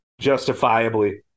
justifiably